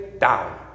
down